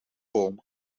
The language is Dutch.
boom